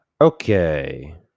okay